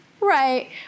Right